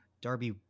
Darby